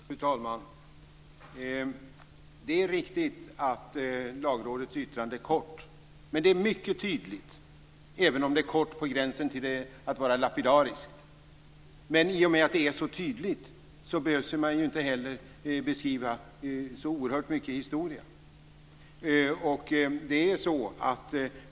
Fru talman! Det är riktigt att Lagrådets yttrande är kort, men det är mycket tydligt. Det är på gränsen till att vara lapidariskt, men i och med att det är så tydligt behöver man inte så oerhört mycket beskriva förhistorien.